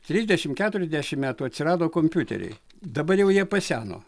trisdešimt keturiasdešimt metų atsirado kompiuteriai dabar jau jie paseno